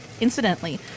incidentally